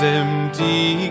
empty